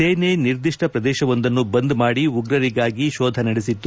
ಸೇನೆ ನಿರ್ದಿ ಪ್ರದೇಶವೊಂದನ್ನು ಬಂದ್ ಮಾಡಿ ಉಗ್ರರಿಗಾಗಿ ಶೋಧ ನಡೆಸಿತ್ತು